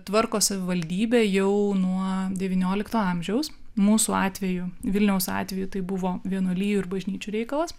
tvarko savivaldybė jau nuo devyniolikto amžiaus mūsų atveju vilniaus atveju tai buvo vienuolijų ir bažnyčių reikalas